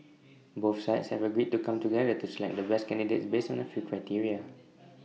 both sides have agreed to come together to select the best candidates based on A few criteria